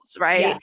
right